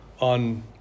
on